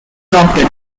opted